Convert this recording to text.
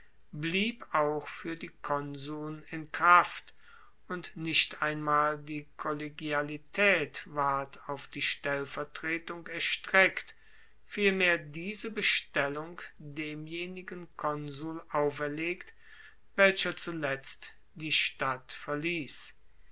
blieb auch fuer die konsuln in kraft und nicht einmal die kollegialitaet ward auf die stellvertretung erstreckt vielmehr diese bestellung demjenigen konsul auferlegt welcher zuletzt die stadt verliess